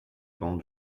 bancs